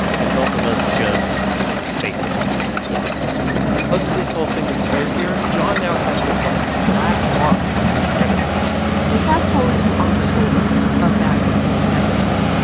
and both of us just facepalm yeah because because of this whole thing with kleargear, john now had this, like, black mark on his credit report we fast-forward to october of that next year.